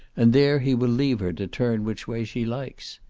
and there he will leave her to turn which way she likes.